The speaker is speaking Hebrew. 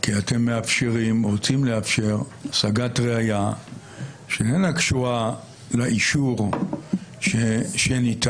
כי אתם רוצים לאפשר השגת ראיה שאינה קשורה לאישור שניתן.